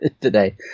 today